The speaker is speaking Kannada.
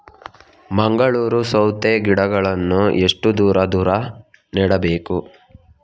ಮಂಗಳೂರು ಸೌತೆ ಗಿಡಗಳನ್ನು ಎಷ್ಟು ದೂರ ದೂರ ನೆಡಬೇಕು?